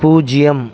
பூஜ்ஜியம்